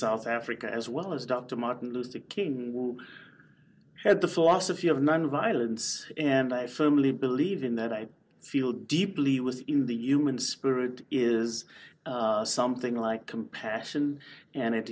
south africa as well as dr martin luther king at the philosophy of nonviolence and i firmly believe in that i feel deeply was in the human spirit is something like compassion and